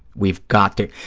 we've got to,